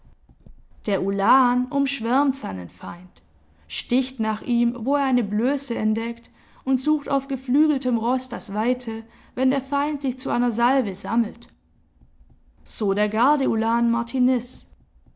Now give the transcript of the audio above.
der ulan umschwärmt seinen feind sticht nach ihm wo er eine blöße entdeckt und sucht auf geflügeltem roß das weite wenn der feind sich zu einer salve sammelt so der garde ulan martiniz